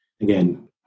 again